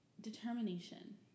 determination